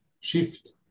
shift